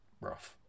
rough